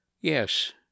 Yes